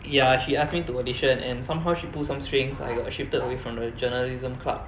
ya she ask me to audition and somehow she pull some strings I got shifted away from the journalism club